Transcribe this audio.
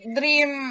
dream